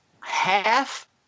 half